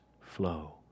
flow